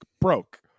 broke